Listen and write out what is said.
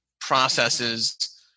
processes